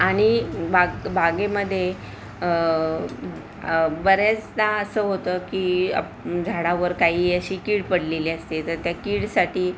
आणि बाग बागेमध्ये बऱ्याचदा असं होतं की आप झाडावर काही अशी कीड पडलेली असते तर त्या कीडसाठी